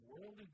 world